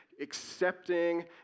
accepting